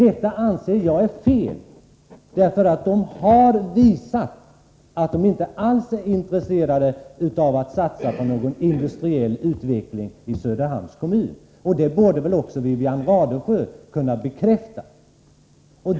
Det anser jag vara fel, därför att man från det hållet visat att man inte alls är intresserad av att satsa på någon industriell utveckling i Söderhamns kommun. Detta vet Wivi-Anne Radesjö.